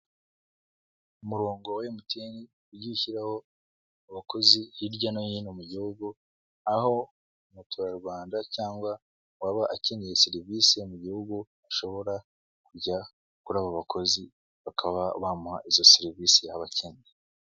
Umurongo wa emutiyeni wagiye ushyiraho abakozi hirya no hino mu gihugu aho Umuturarwanda cyangwa uwaba akeneye serivisi mu gihugu ashobora kujya kuri abo bakozi bakaba bamuha izo serivisi abakene.